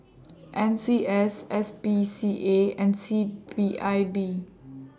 N C S S P C A and C P I B